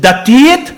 דתית,